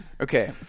Okay